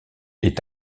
est